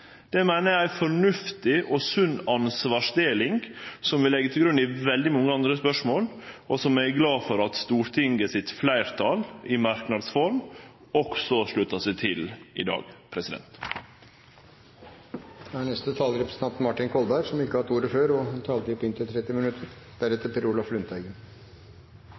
vi legg til grunn i veldig mange andre spørsmål, og som eg er glad for at fleirtalet i Stortinget i merknadsform også sluttar seg til i dag. Det er ett element i denne debatten som jeg føler behov for å ta ordet om, og